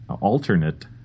alternate